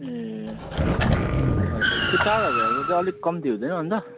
ए हजुर त्यो चार हजारको चाहिँ अलिक कम्ती हुँदैन अन्त